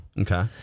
Okay